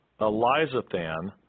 Elizathan